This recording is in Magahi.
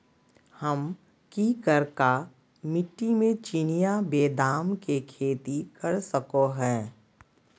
हम की करका मिट्टी में चिनिया बेदाम के खेती कर सको है?